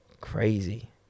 crazy